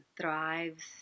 Thrives